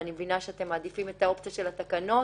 אני מבינה שאתם מעדיפים את האופציה של התקנות?